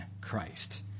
Christ